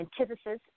antithesis